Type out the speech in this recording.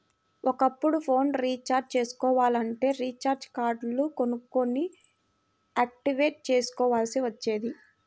ఒకప్పుడు phone recharge చేసుకోవాలంటే recharge కార్డులు కొనుక్కొని యాక్టివేట్ చేసుకోవాల్సి వచ్చేది